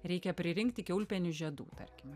reikia pririnkti kiaulpienių žiedų tarkim